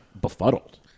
Befuddled